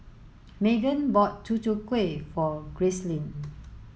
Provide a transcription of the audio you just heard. Maegan bought Tutu Kueh for Gracelyn